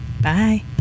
bye